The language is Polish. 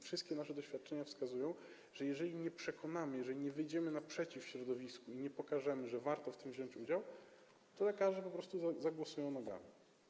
Wszystkie nasze doświadczenia wskazują, że jeżeli ich nie przekonamy, jeżeli nie wyjdziemy naprzeciw środowisku i nie pokażemy, że warto w tym wziąć udział, to lekarze po prostu zagłosują nogami.